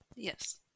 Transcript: Yes